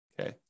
okay